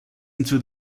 into